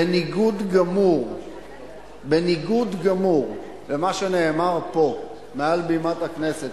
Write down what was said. בניגוד גמור למה שנאמר פה מעל בימת הכנסת,